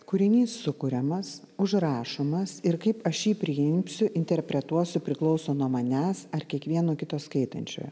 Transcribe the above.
kūrinys sukuriamas užrašomas ir kaip aš jį priimsiu interpretuosiu priklauso nuo manęs ar kiekvieno kito skaitančiojo